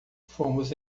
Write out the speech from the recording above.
fomos